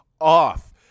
off